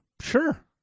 Sure